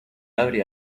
abre